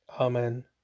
Amen